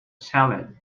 salad